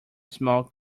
small